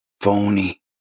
phony